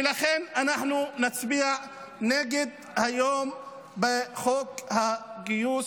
ולכן אנחנו נצביע היום נגד חוק הגיוס.